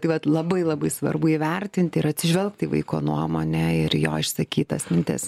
tai vat labai labai svarbu įvertinti ir atsižvelgt į vaiko nuomonę ir jo išsakytas mintis